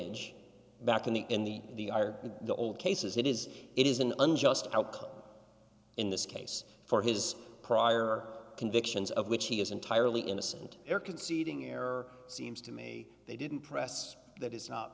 inch back in the in the the eye or in the old cases it is it is an unjust outcome in this case for his prior convictions of which he is entirely innocent or conceding error seems to me they didn't press that i